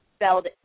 spelled